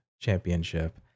Championship